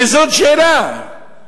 וזאת שאלה: